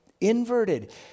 inverted